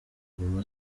guma